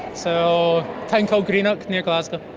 so a town called greenock near glasgow.